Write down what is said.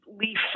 leaf